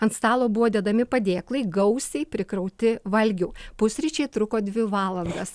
ant stalo buvo dedami padėklai gausiai prikrauti valgių pusryčiai truko dvi valandas